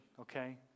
Okay